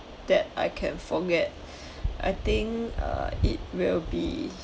that I can forget I think uh it will be